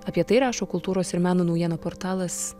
apie tai rašo kultūros ir meno naujienų portalas